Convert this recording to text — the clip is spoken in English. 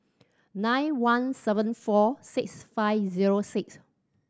nine one seven four six five zero six